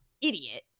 idiot